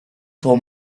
for